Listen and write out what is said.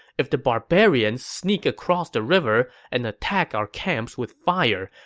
if the barbarians sneak across the river and attack our camps with fire,